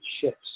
ships